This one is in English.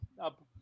up